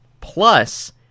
plus